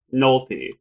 Nolte